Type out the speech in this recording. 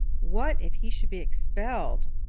what if he should be expelled?